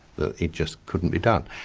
that it just couldn't be done.